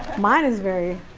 mine is very,